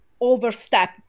overstep